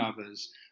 others